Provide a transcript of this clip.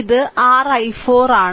ഇത് r i4 ആണ്